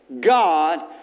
God